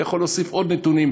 אתה יכול להוסיף עוד נתונים.